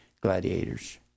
gladiators